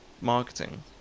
marketing